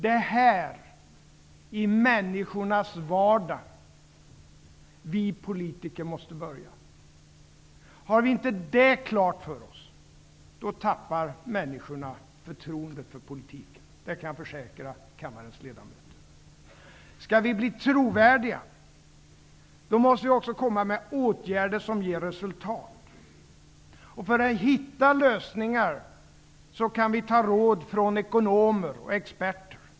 Det är här, i människornas vardag, som vi politiker måste börja. Om vi inte har det klart för oss, då tappar människorna förtroendet för politiken. Det kan jag försäkra kammarens ledamöter. Om vi skall bli trovärdiga, då måste vi också komma med åtgärder som ger resultat. För att hitta lösningar kan vi ta råd från ekonomer och experter.